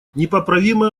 непоправимое